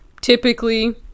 typically